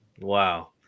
Wow